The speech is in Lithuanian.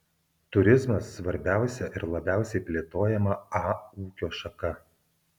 turizmas svarbiausia ir labiausiai plėtojama a ūkio šaka